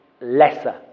lesser